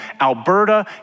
Alberta